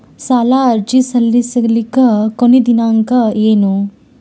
ಸಾಲ ಅರ್ಜಿ ಸಲ್ಲಿಸಲಿಕ ಕೊನಿ ದಿನಾಂಕ ಏನು?